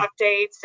updates